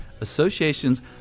associations